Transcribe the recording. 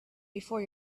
before